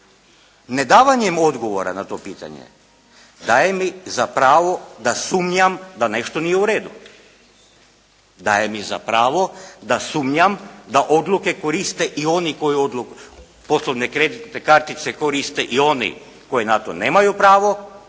Nedavanjem odgovora na to pitanje daje mi za pravo da sumnjam da nešto nije u redu, daje mi za pravo da sumnjam da odluke koriste i oni koji poslovne kreditne kartice koriste i oni koji na to nemaju pravo,